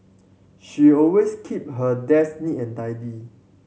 she always keep her desk neat and tidy